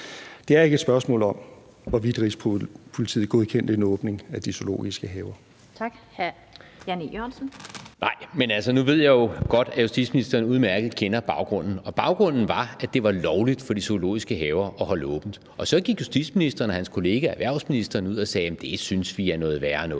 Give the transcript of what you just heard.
det er ikke et spørgsmål om, hvorvidt Rigspolitiet godkendte en åbning af de zoologiske haver. Kl. 15:17 Den fg. formand (Annette Lind): Tak. Hr. Jan E. Jørgensen. Kl. 15:17 Jan E. Jørgensen (V): Men nu ved jeg jo godt, at justitsministeren udmærket kender baggrunden, og baggrunden var, at det var lovligt for de zoologiske haver at holde åbent. Og så gik justitsministeren og hans kollega erhvervsministeren ud og sagde: Det synes vi er noget værre